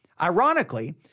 Ironically